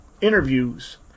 interviews